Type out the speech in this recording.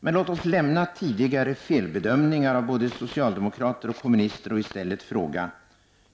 Men låt oss lämna tidigare felbedömningar av både socialdemokrater och kommunister och i stället fråga: